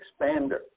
expander